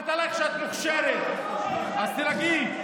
אמרתי עלייך שאת מוכשרת, אז תירגעי.